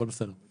הכול בסדר.